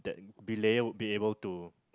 that belayer will be able to